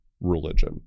religion